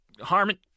Harmon